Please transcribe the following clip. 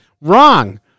wrong